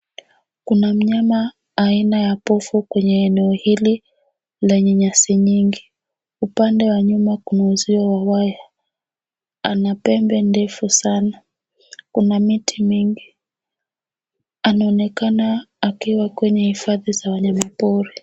Kuna mnyama aina ya pofu kwenye eneo hili lenye nyasi nyingi. Upande wa nyuma kuna uzio wa waya. Anapembe ndefu sana, kuna miti mingi. Anaonekana akiwa kwenye hifadhi za wanyama pori.